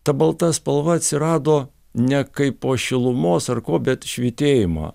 ta balta spalva atsirado ne kaip po šilumos ar ko bet švytėjimo